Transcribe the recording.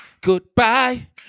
Goodbye